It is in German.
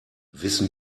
wissen